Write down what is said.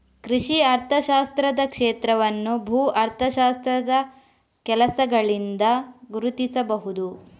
ಕೃಷಿ ಅರ್ಥಶಾಸ್ತ್ರದ ಕ್ಷೇತ್ರವನ್ನು ಭೂ ಅರ್ಥಶಾಸ್ತ್ರದ ಕೆಲಸಗಳಿಂದ ಗುರುತಿಸಬಹುದು